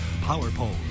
PowerPole